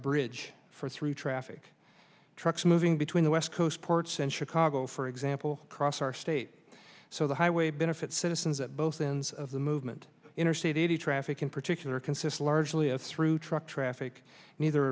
bridge for three traffic trucks moving between the west coast ports in chicago for example cross our state so the highway benefit citizens at both ends of the movement interstate eighty traffic in particular consists largely of through truck traffic either